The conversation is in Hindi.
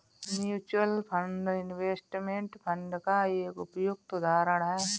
म्यूचूअल फंड इनवेस्टमेंट फंड का एक उपयुक्त उदाहरण है